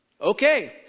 Okay